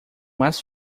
mais